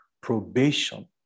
Probation